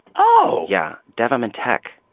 oh yeah, dev, i'm in tech.